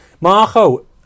Marco